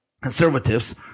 Conservatives